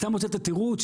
אתה מוצא תירוץ.